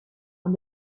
and